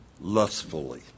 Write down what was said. lustfully